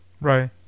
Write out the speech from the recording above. Right